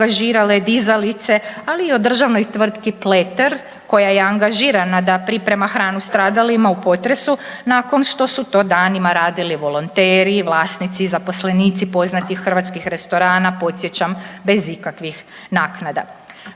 dizalice ali i o državnoj tvrtki Pleter koja je angažirana da priprema hranu stradalima u potresu nakon što su to danima radili volonteri i vlasnici i zaposlenici poznatih hrvatskih restorana podsjećam bez ikakvih naknada.